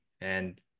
and-